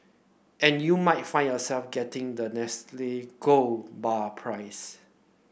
and you might find yourself getting that Nestle gold bar prize